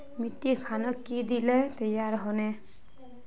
मिट्टी खानोक की दिले तैयार होने?